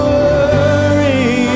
worry